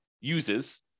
uses